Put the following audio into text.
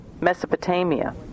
Mesopotamia